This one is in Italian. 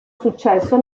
successo